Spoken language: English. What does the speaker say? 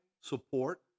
support